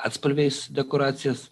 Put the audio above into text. atspalviais dekoracijas